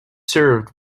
served